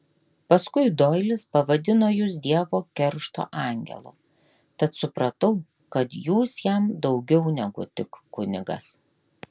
paskui doilis pavadino jus dievo keršto angelu tad supratau kad jūs jam daugiau negu tik kunigas